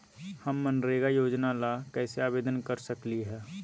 हम मनरेगा योजना ला कैसे आवेदन कर सकली हई?